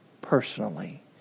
personally